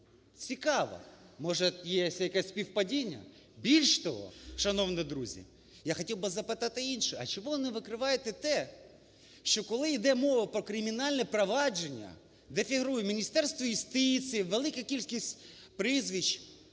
Цікаво, може є якесь співпадіння. Більше того, шановні друзі, я хотів би запитати інше. А чого ви не викриваєте те, що коли йде мова про кримінальне провадження, де фігурує Міністерство юстиції, велика кількість прізвищ,